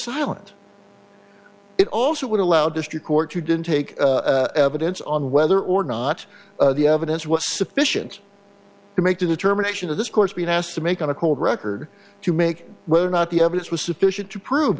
silent it also would allow district court you didn't take it it's on whether or not the evidence was sufficient to make the determination of this course being asked to make on a cold record to make whether or not the evidence was sufficient to prove